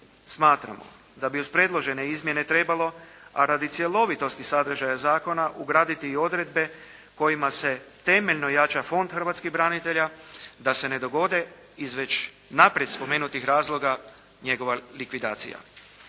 Smatramo da bi uz predložene izmjene trebalo, a radi cjelovitosti sadržaja zakona, ugraditi i odredbe kojima se temeljno jača Fond hrvatskih branitelja, da se ne dogode iz već naprijed spomenutih razloga njegova likvidacija.